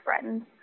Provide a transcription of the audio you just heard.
friends